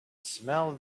smell